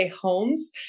homes